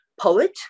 poet